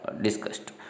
Discussed